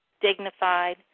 dignified